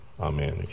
amen